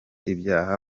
ibyaha